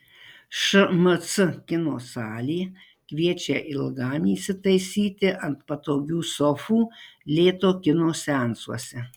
šmc kino salė kviečia ilgam įsitaisyti ant patogių sofų lėto kino seansuose